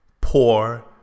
poor